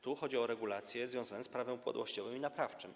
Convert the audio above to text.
Tu chodzi o regulacje związane z Prawem upadłościowym i naprawczym.